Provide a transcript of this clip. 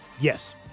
Yes